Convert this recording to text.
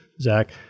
Zach